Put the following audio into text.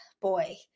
boy